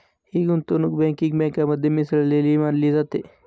ही गुंतवणूक बँकिंग बँकेमध्ये मिसळलेली मानली जाते